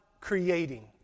creating